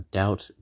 doubt